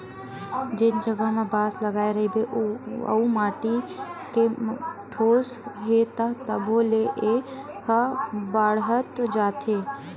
जेन जघा म बांस लगाए रहिबे अउ माटी म ठोस हे त तभो ले ए ह बाड़हत जाथे